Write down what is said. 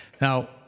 Now